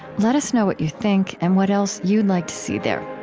let us know what you think and what else you'd like to see there